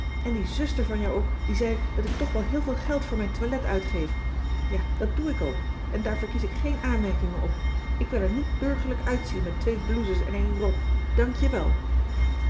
en die zuster van jou ook die zei dat ik toch wel heel veel geld voor mijn toilet uitgeef ja dat doe ik ook en daar verkies ik geen aanmerkingen op ik wil er niet burgerlijk uitzien met twee blouses en éen rok dank je wel